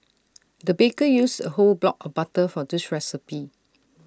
the baker used A whole block of butter for this recipe